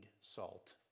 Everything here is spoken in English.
salt